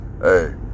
hey